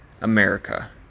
America